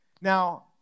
Now